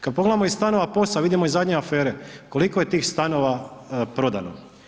Kada pogledamo stanove i POS-a vidimo iz zadnje afere koliko je tih stanova prodano.